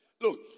Look